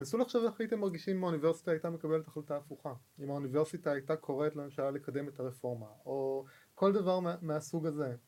תנסו לחשוב איך הייתם מרגישים אם האוניברסיטה הייתה מקבלת החלטה הפוכה, אם האוניברסיטה הייתה קוראת לממשלה לקדם את הרפורמה או כל דבר מהסוג הזה